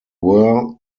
were